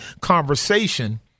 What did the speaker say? conversation